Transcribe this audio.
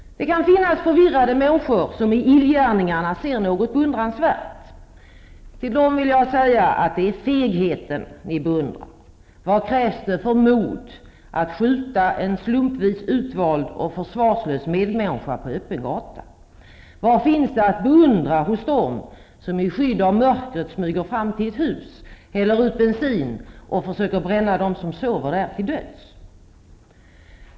Det kan finnas förvirrade människor som i illgärningarna ser något beundransvärt. Till dem vill jag säga att det är fegheten ni beundrar. Vad krävs det för mod för att skjuta en slumpvis utvald och försvarslös medmänniska på öppen gata? Vad finns det att beundra hos dem som i skydd av mörkret smyger fram till ett hus, häller ut bensin och försöker bränna dem som sover där till döds?